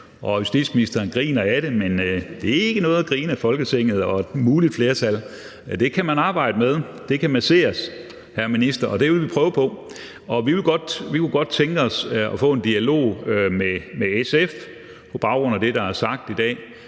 og justitsministeren griner ad det, men det er ikke noget at grine ad, altså grine ad Folketinget og et muligt flertal. Det kan man arbejde med, det kan masseres, hr. minister, og det vil vi prøve på. Kl. 14:07 Vi kunne godt tænke os at få en dialog med SF på baggrund af det, der er sagt i dag.